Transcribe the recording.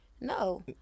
no